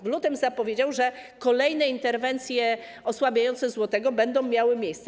W lutym zapowiedział, że kolejne interwencje osłabiające złotego będą miały miejsce.